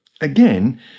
Again